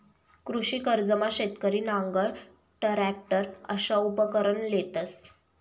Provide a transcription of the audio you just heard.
कृषी कर्जमा शेतकरी नांगर, टरॅकटर अशा उपकरणं लेतंस